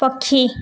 ପକ୍ଷୀ